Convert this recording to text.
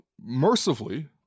mercifully